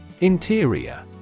Interior